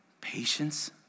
patience